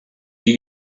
die